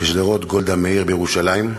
בשדרות גולדה מאיר בירושלים,